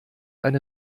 eine